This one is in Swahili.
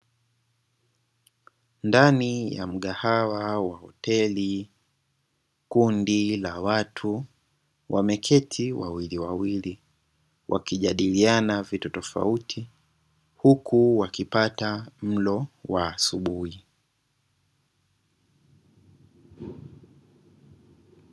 Ndani ya mgahawa wa hoteli Kundi la watu wameketi wa wili wa wili, wakijadiliana vitu tofautitofauti, huku wakipata mlo wa asubuhi.